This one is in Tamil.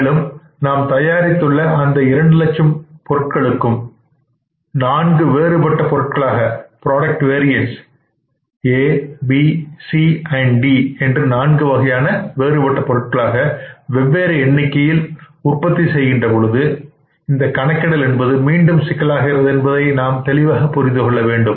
மேலும் நாம் தயாரித்துள்ள அந்த இரண்டு லட்சம் பொருட்களும் நான்கு வேறுபட்ட பொருட்களாக ஏ பி சி மற்றும் D product variants A B C and D வெவ்வேறு எண்ணிக்கையில் உற்பத்தி செய்கின்ற பொழுது இந்த கணக்கிடல் என்பது மீண்டும் சிக்கலாகிறது என்பதை நாம் தெளிவாக புரிந்து கொள்ள வேண்டும்